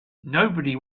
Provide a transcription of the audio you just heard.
nobody